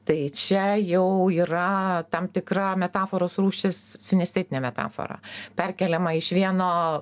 tai čia jau yra tam tikra metaforos rūšis sinestetinė metafora perkeliama iš vieno